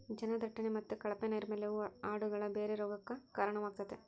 ಜನದಟ್ಟಣೆ ಮತ್ತೆ ಕಳಪೆ ನೈರ್ಮಲ್ಯವು ಆಡುಗಳ ಬೇರೆ ಬೇರೆ ರೋಗಗಕ್ಕ ಕಾರಣವಾಗ್ತತೆ